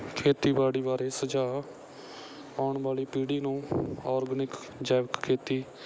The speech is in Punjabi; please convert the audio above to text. ਖੇਤੀਬਾੜੀ ਬਾਰੇ ਸੁਝਾਅ ਆਉਣ ਵਾਲੀ ਪੀੜ੍ਹੀ ਨੂੰ ਆਰਗੈਨਿਕ ਜੈਵਿਕ ਖੇਤੀ